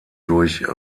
durch